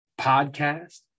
podcast